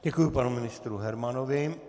Děkuji panu ministru Hermanovi.